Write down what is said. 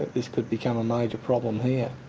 this could become a major problem here.